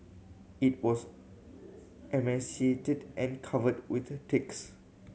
it was emaciated and covered with ticks